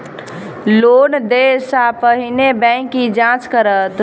Loan देय सा पहिने बैंक की जाँच करत?